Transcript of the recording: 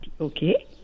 Okay